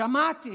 שמעתי